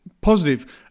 positive